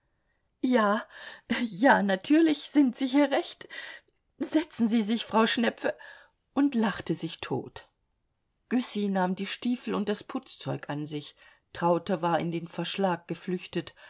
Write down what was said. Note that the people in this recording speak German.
ja ja natürlich sind sie hier recht setzen sie sich frau schnepfe und lachte sich tot güssy nahm die stiefel und das putzzeug an sich traute war in den verschlag geflüchtet